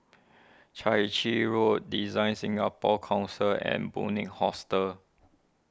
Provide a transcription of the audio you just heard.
Chai Chee Road DesignSingapore Council and Bunc Hostel